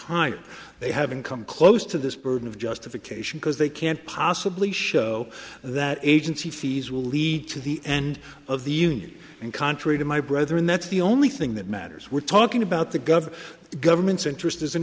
higher they haven't come close to this burden of justification because they can't possibly show that agency fees will lead to the end of the union and contrary to my brother and that's the only thing that matters we're talking about the gov government's interest as an